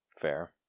Fair